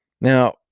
Now